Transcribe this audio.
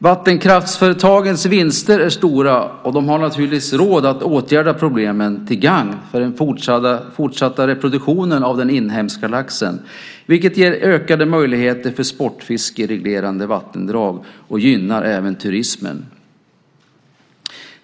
Vattenkraftföretagens vinster är stora och man har naturligtvis råd att åtgärda problemen till gagn för den fortsatta reproduktionen av den inhemska laxen vilket ger ökade möjligheter för sportfiske i reglerade vattendrag och även gynnar turismen.